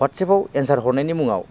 वाटसेपआव एनसार हरनायनि मुङाव